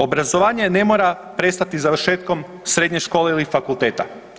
Obrazovanje ne mora prestati završetkom srednje škole ili fakulteta.